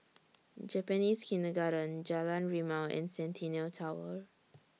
Japanese Kindergarten Jalan Rimau and Centennial Tower